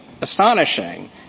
astonishing